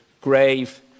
grave